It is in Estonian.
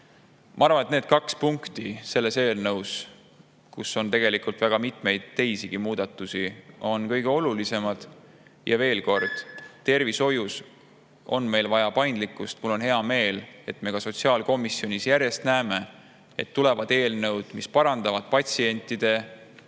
Ma arvan, et need kaks punkti selles eelnõus, kus on tegelikult väga mitmeid teisigi muudatusi, on kõige olulisemad. Veel kord: tervishoius on meil vaja paindlikkust. Mul on hea meel, et me sotsiaalkomisjonis näeme, et järjest tulevad eelnõud, mis parandavad patsientide